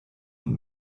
und